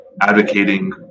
Advocating